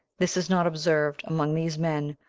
this is not observed among these men,